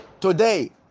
Today